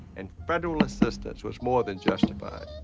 and federal assistance was more than justified,